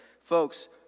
Folks